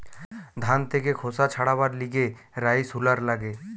ধান থেকে খোসা ছাড়াবার লিগে রাইস হুলার লাগে